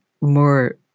more